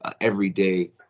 everyday